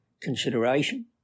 consideration